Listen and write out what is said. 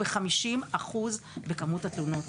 ב-50% בכמות התלונות,